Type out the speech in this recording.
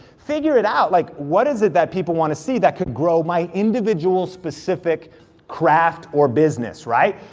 figure it out, like what is it that people wanna see that could grow my individual specific craft or business, right?